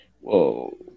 Whoa